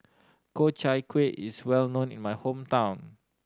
Ku Chai Kuih is well known in my hometown